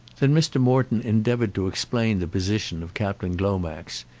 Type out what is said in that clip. then mr. morton endeavoured to explain the position of captain glomax.